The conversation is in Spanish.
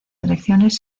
elecciones